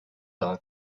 daha